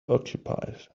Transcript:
occupied